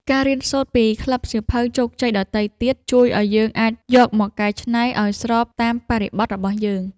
ការរៀនសូត្រពីក្លឹបសៀវភៅជោគជ័យដទៃទៀត ជួយឱ្យយើងអាចយកមកកែច្នៃឱ្យស្របតាមបរិបទរបស់យើង។